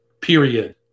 period